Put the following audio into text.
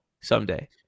someday